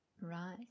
Right